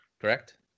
correct